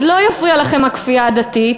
אז לא תפריע לכם הכפייה הדתית,